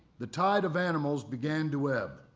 the tide of animals began to ebb.